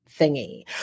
thingy